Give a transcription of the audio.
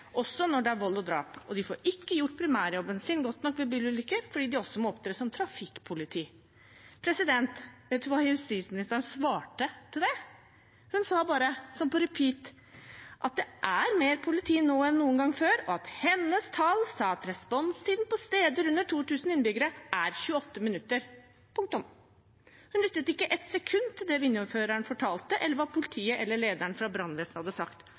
også når det er vold og drap, og de får ikke gjort primærjobben sin godt nok ved bilulykker fordi de også må opptre som trafikkpoliti. President, vet du hva justisministeren svarte til det? Hun sa bare, som på «repeat», at det er mer politi nå enn noen gang før, og at hennes tall sa at responstiden på steder under 2 000 innbyggere er 28 minutter – punktum. Hun lyttet ikke ett sekund til det Vinje-ordføreren fortalte, eller til hva politiet eller lederen fra brannvesenet hadde sagt,